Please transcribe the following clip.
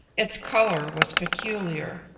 its colour was peculiar,